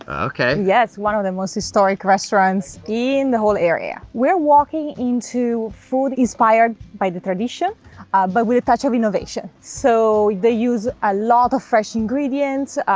ah okay. yes, one of the most historic restaurants in the whole area. we're walking into food inspired by the tradition but with a touch of innovation. so they use a lot of fresh ingredients,